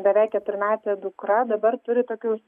beveik keturmetė dukra dabar turi tokius